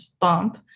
bump